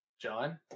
john